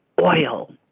oil